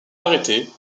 arrêté